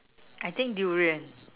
I think durian